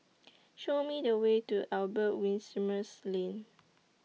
Show Me The Way to Albert Winsemius Lane